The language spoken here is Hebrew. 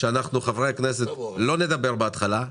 שאנחנו חברי הכנסת לא נדבר בהתחלה,